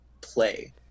play